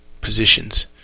positions